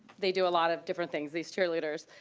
they do a lot of different things, these cheerleaders.